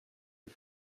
you